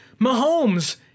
Mahomes